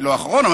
אני לא אחרון,